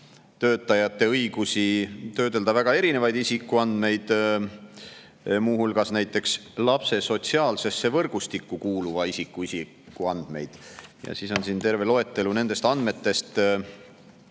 töötajate õigusi töödelda väga erinevaid isikuandmeid, muu hulgas näiteks lapse sotsiaalsesse võrgustikku kuuluva isiku isikuandmeid. Ja siis on siin terve loetelu nendest andmetest,